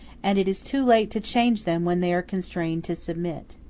and it is too late to change them when they are constrained to submit.